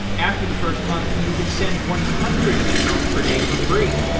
after the first month, you can send one hundred emails per day for free.